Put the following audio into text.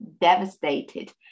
devastated